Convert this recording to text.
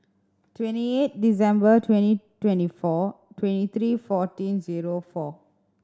twenty eight December twenty twenty four twenty three fourteen zero four